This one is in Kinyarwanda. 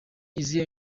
izihe